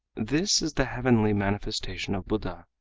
this is the heavenly manifestation of buddha.